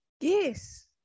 Yes